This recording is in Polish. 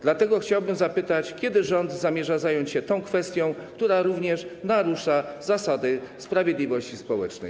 Dlatego chciałbym zapytać: Kiedy rząd zamierza zająć się tą kwestią, która również narusza zasady sprawiedliwości społecznej?